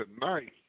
Tonight